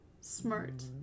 Smart